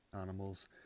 animals